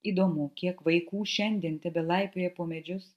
įdomu kiek vaikų šiandien tebelaipioja po medžius